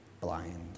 blind